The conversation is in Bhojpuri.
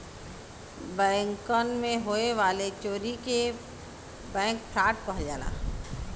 बैंकन मे होए वाले चोरी के बैंक फ्राड कहल जाला